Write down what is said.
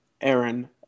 Aaron